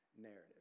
narrative